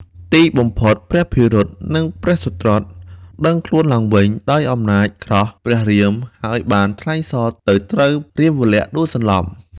ទីបំផុតព្រះភិរុតនិងព្រះសុត្រុតដឹងខ្លួនឡើងវិញ ដោយអំណាចក្រោសព្រះរាម ហើយបានថ្លែងសរទៅត្រូវរាមលក្សណ៍ដួលសន្លប់។